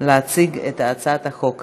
והגנת הסביבה להכנה לקריאה